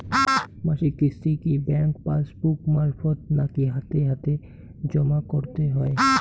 মাসিক কিস্তি কি ব্যাংক পাসবুক মারফত নাকি হাতে হাতেজম করতে হয়?